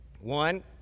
One